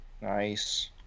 Nice